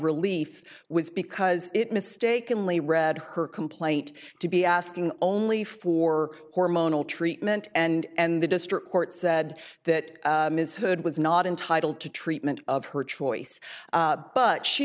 relief was because it mistakenly read her complaint to be asking only for hormonal treatment and the district court said that ms hood was not entitled to treatment of her choice but she